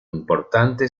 importante